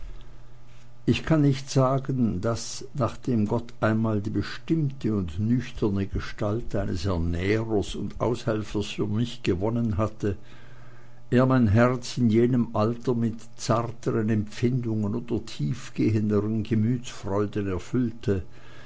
ich kann nicht sagen daß nachdem gott einmal die bestimmte und nüchterne gestalt eines ernährers und aushelfers für mich gewonnen hatte er mein herz in jenem alter mit zarteren empfindungen oder tiefgehenden gemütsfreuden erfüllte